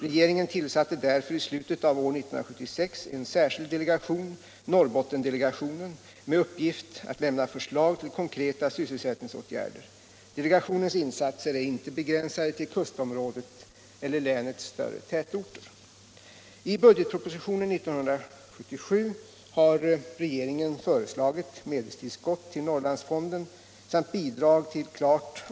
Regeringen tillsatte därför i slutet av år 1976 en särskild delegation, Norrbottendelegationen, med uppgift att lämna förslag till konkreta sysselsättningsåtgärder. Delegationens insatser är inte begränsade till kustområdet eller länets större tätorter.